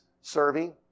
serving